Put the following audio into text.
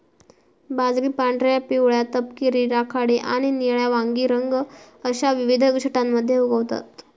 बाजरी पांढऱ्या, पिवळ्या, तपकिरी, राखाडी आणि निळ्या वांगी रंग अश्या विविध छटांमध्ये उगवतत